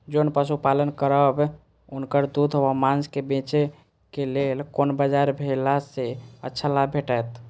जोन पशु पालन करब उनकर दूध व माँस के बेचे के लेल कोन बाजार भेजला सँ अच्छा लाभ भेटैत?